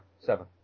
Seven